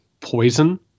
poison